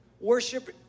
Worship